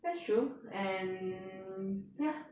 that's true and ya